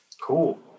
Cool